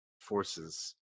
forces